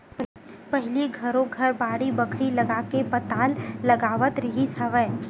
पहिली घरो घर बाड़ी बखरी लगाके पताल लगावत रिहिस हवय